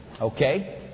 Okay